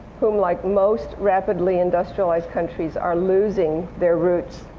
whom like most rapidly industrialized countries are losing their roots,